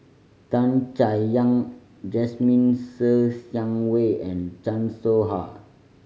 Tan Chay Yan Jasmine Ser Xiang Wei and Chan Soh Ha